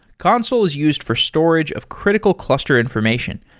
consul is used for storage of critical cluster information,